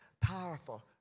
powerful